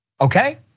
Okay